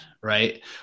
right